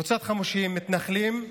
קבוצת חמושים, מתנחלים,